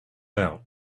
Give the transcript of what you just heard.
out